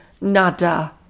nada